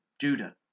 Judah